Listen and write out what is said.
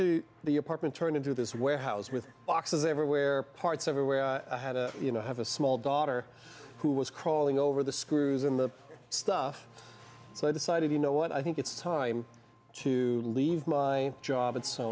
y the apartment turned into this warehouse with boxes everywhere parts everywhere i had a you know i have a small daughter who was crawling over the screws in the stuff so i decided you know what i think it's time to leave my job